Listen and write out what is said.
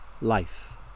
life